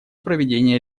проведения